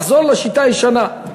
לחזור לשיטה הישנה.